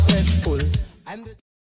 successful